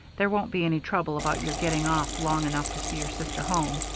there won't be any trouble about your getting off long enough to see your sister home.